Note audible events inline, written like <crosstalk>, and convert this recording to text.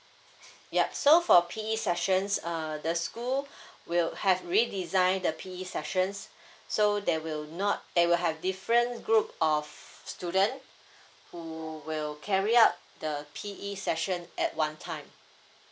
ya so for P_E sessions err the school <breath> will have redesign the P_E sessions so there will not there will have different group of student who will carry out the P_E session at one time